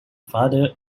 father